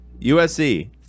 usc